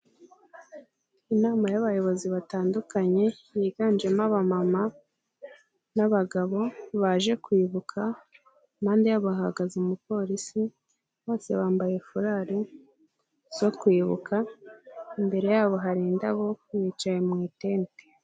Inama y'abayobozi batandukanye higanjemo abamama n'abagabo baje kwibuka, impande yabo hahagaze umupolisi bose bambaye furari zo kwibuka, imbere yabo hari indabo bicaye mu itente.